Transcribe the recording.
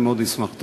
אני מאוד אשמח.